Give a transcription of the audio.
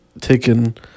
taken